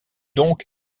donc